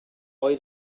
boi